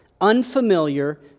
unfamiliar